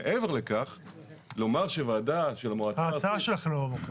אני אמרתי שההצעה שלכם היא לא במקום.